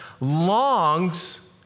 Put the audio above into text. longs